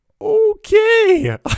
Okay